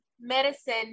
medicine